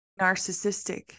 narcissistic